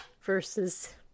versus